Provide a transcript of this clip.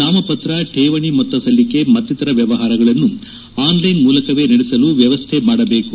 ನಾಮಪತ್ರ ಠೇವಣಿ ಮೊತ್ತ ಸಲ್ಲಿಕೆ ಮತ್ತಿತರ ವ್ಯವಹಾರಗಳನ್ನು ಅನ್ಲೈನ್ ಮೂಲಕವೇ ನಡೆಸಲು ವ್ಯವಸ್ಥೆ ಮಾಡಬೇಕು